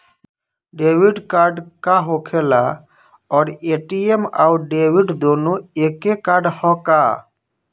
Debit card का होखेला और ए.टी.एम आउर डेबिट दुनों एके कार्डवा ह का?